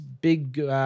big